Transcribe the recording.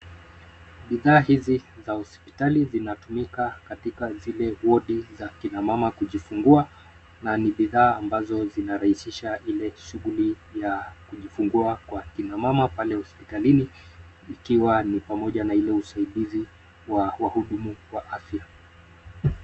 Bidhaa hizi za hospitali zinatumika katika zile wodi za akina mama kujifungua na ni bidhaa ambazo zinarahisisha ile shuguli ya kujifungua kwa akina mama pale hospitalini ikiwa ni pamoja na ile usaidizi wa wahudumu wa afya.